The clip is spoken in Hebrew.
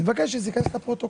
אני מבקש שזה יכנס לפרוטוקול.